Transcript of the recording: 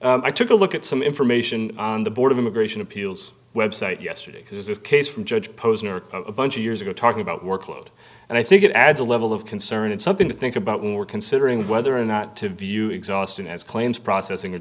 write i took a look at some information on the board of immigration appeals website yesterday because this case from judge posner a bunch of years ago talking about workload and i think it adds a level of concern and something to think about when we're considering whether or not to view exhaustion as claims processing a